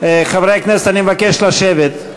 חברי הכנסת, אני מבקש לשבת.